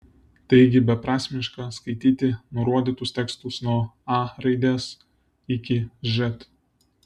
taigi beprasmiška skaityti nurodytus tekstus nuo a raidės iki ž